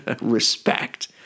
respect